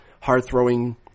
hard-throwing